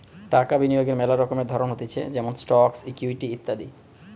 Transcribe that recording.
টাকা বিনিয়োগের মেলা রকমের ধরণ হতিছে যেমন স্টকস, ইকুইটি ইত্যাদি